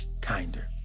Kinder